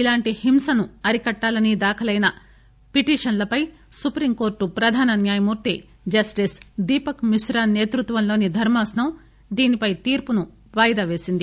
ఇలాంటి హింసను అరికట్లాలని దాఖలైన పిటీషన్లపై సుప్రీంకోర్టు ప్రధాన న్యాయమూర్తి జస్టిస్ దీపక్ మిశ్రా నేతృత్వంలోని ధర్మాసనం దీనిపై తీర్పును వాయిదా వేసింది